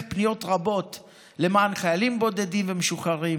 פניות רבות למען חיילים בודדים ומשוחררים,